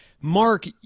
Mark